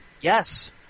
Yes